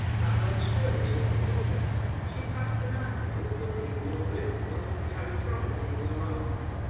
that welsh girl is your mistress. she passed the night of whit-sunday in your room, and was carried from it in your arms.